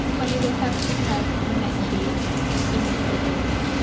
but it will have to have matte shades in neutral tones,